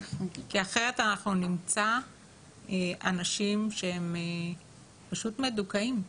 כי אחרת אנחנו נמצא אנשים שהם פשוט מדוכאים,